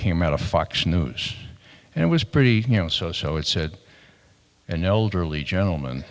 came out of fox news and it was pretty you know so so it said an elderly gentleman